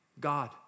God